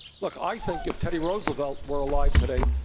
look, i think if teddy roosevelt were alive today,